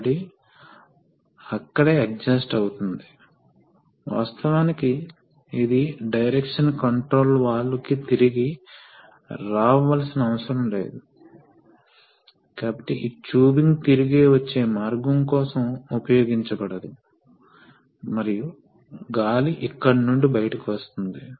ఇప్పుడు ఆసక్తికరంగా ఈ చెక్ వాల్వ్ యొక్క పాత్ర ఏమిటో ప్రస్తావించడానికి ఈ ఒక పాయింట్ ఉంది ఈ పంపు ఎప్పుడు అన్లోడ్ అవుతుందో అప్పుడు ఈ ప్రవాహం సాధ్యం కాదని గుర్తుంచుకోండి ఈ ప్రవాహం ఈ మార్గం గుండా వెళ్ళదు ఎందుకంటే ఈ చెక్ వాల్వ్ బ్లాక్ అయింది